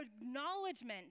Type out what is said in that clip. acknowledgement